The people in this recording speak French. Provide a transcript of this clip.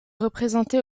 représenté